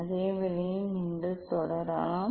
அதே வழியில் நீங்கள் தொடரலாம்